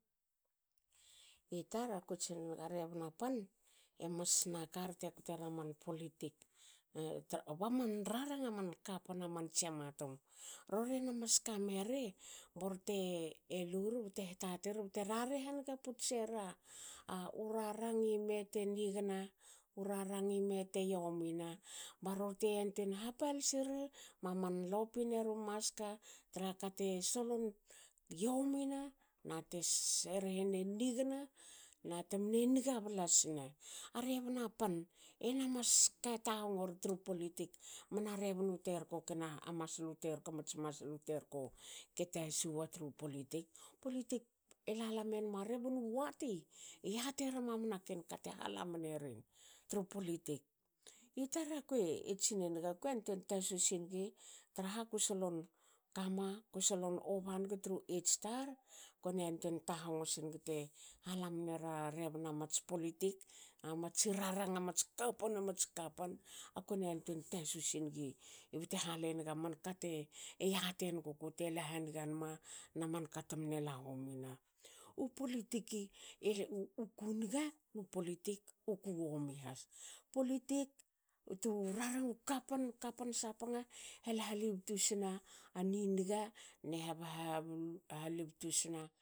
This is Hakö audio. Itar akue tsineniga rebna pan. emas na kar te kotera man politik ba man raranga man kapan aman tsiama tum. Rorie na mas kameri borte eluri bte hatate ri bte rarre haniga puts sera u rarangi me te nigna. u rarangi mete yomina ba rorte yantuei haplsi ri. maman lopineru maska tra kate solon yomina rehene nigna nate mne niga bla sne. A rebna pan ena mas ka tahongo ri tru politik mna rebnu terko kena a maslu terko maslu terko ke tasu wa tru politik. Politik elala menma rebnu wati. e yatiera mamana ken kate hala mnerin tru politik. Itar akue tsinen naga kue antuen tasu sinigi traha kusolon kama kue solon oba nigi tru age tar kona antuen tahongo sinigi te hala mnera rebnats politik. matsi aranga mats kapan mats kapan. Akue anutuen tasu sinigi bte halenig amanka te e yatienuguku te la haniga nama na manka temne la homina. U politik uku niga nu politik uku womi has. u politik u twu raranga kapan sapanga hal halibtu sna ani niga ne ha li btu sna